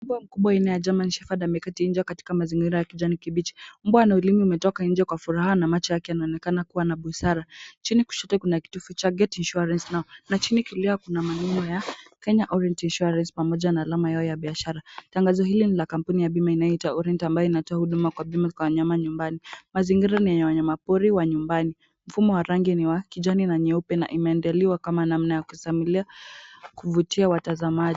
Mbwa mkubwa aina ya German Shepherd ameketi nje katika mazingira ya kijani kibichi. Mbwa ana ulimi umetoka nje kwa furaha na macho yake inaonekana kuwa na busara. Chini kushoto kuna kitufe cha Gate Insurance na chini kuna maneno ya Kenya Orient Insurance pamoja na alama yao ya biashara. Tangazo hili ni la kampuni ya bima inayoitwa Orient ambayo inatoa bima kwa wanyama nyumbani. Mazingira ni ya wanyama pori wa nyumbani. Mfumo wa rangi ni wa kijani na nyeupe na imeandaliwa kama namna ya kifamilia kuvutia watazamaji.